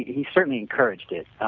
he certainly encouraged this.